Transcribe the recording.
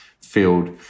field